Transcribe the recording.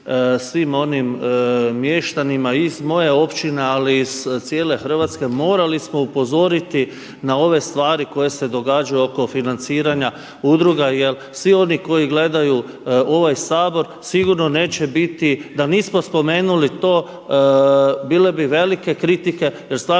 svim onim mještanima iz moje općine, ali i iz cijele Hrvatske morali smo upozoriti na ove stvari koje se događaju oko financiranja udruga. Jer svi oni koji gledaju ovaj Sabor sigurno neće biti da nismo spomenuli to bile bi velike kritike, jer stvarno